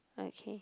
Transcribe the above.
okay